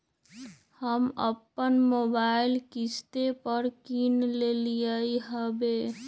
हम अप्पन मोबाइल किस्ते पर किन लेलियइ ह्बे